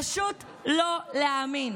פשוט לא להאמין.